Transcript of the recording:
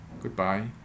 Goodbye